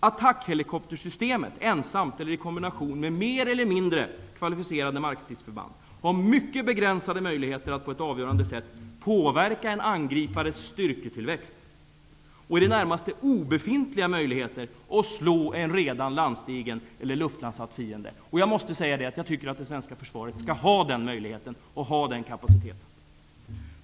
Attackhelikoptersystemet ensamt eller i kombination med mer eller mindre kvalificerade markstridsförband har mycket begränsade möjligheter att på ett avgörande sätt påverka en angripares styrketillväxt och i det närmaste obefintliga möjligheter att slå en redan landstigen eller luftlandsatt fiende. Jag tycker att det svenska försvaret skall ha den möjligheten och den kapaciteten.